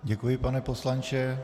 Děkuji, pane poslanče.